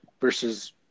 versus